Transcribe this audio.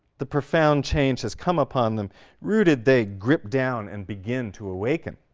the profound change has come upon them rooted, they grip down and begin to awaken.